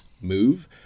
move